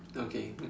okay